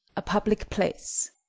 a public place.